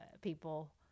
people